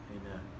Amen